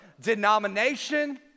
denomination